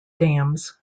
dams